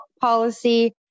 policy